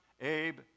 Abe